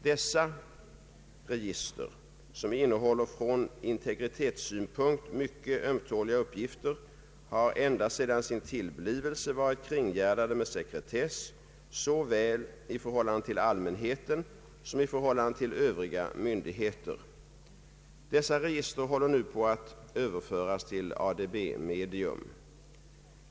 Dessa register, som innehåller = från <integritetssynpunkt mycket ömtåliga uppgifter, har ända sedan sin tillblivelse varit kringgärdade med sekretess såväl i förhållande till allmänheten som i förhållande till övriga myndigheter. Dessa register håller nu på att överföras till ADB medium.